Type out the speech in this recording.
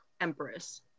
empress